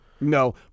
No